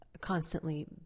constantly